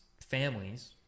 families